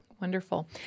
Wonderful